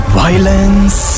violence